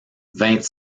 vingt